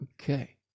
Okay